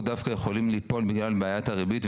דווקא יכולים ליפול בגלל בעיית הריבית,